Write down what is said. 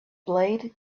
blade